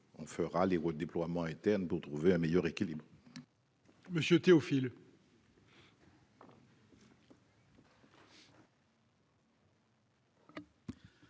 aux redéploiements internes pour trouver un meilleur équilibre.